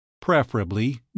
Preferably